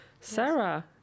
Sarah